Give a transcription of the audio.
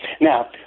Now